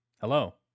Hello